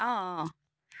অঁ অঁ